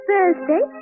Thursday